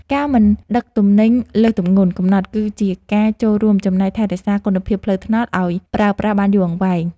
ការមិនដឹកទំនិញលើសទម្ងន់កំណត់គឺជាការចូលរួមចំណែកថែរក្សាគុណភាពផ្លូវថ្នល់ឱ្យប្រើប្រាស់បានយូរអង្វែង។